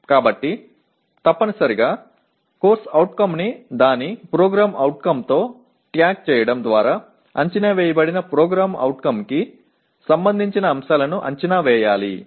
కాబట్టి తప్పనిసరిగా CO ని దాని PO తో ట్యాగ్ చేయడం ద్వారా అంచనా వేయబడిన PO కి సంబంధించిన అంశాలను అంచనా వేయాలి